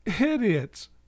Idiots